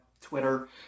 Twitter